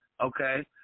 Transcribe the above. okay